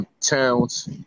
towns